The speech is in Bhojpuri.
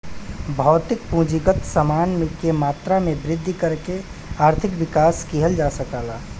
भौतिक पूंजीगत समान के मात्रा में वृद्धि करके आर्थिक विकास किहल जा सकला